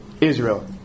Israel